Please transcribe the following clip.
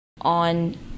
on